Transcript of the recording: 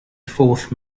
fourth